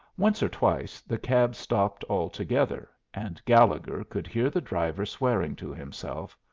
once or twice the cab stopped altogether, and gallegher could hear the driver swearing to himself,